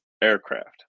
Aircraft